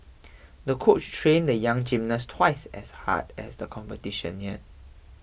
the coach trained the young gymnast twice as hard as the competition neared